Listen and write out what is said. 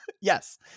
Yes